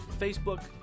Facebook